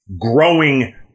growing